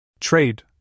Trade